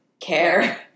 care